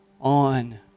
on